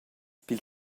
pil